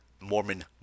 Mormon